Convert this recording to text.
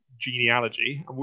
genealogy